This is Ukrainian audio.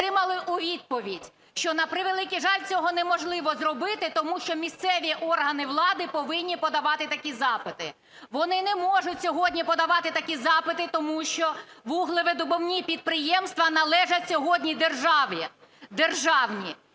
що ми отримали у відповідь? Що, на превеликий жаль, цього неможливо зробити, тому що місцеві органи влади повинні подавати такі запити. Вони не можуть сьогодні подавати такі запити, тому що вуглевидобувні підприємства належать сьогодні державі,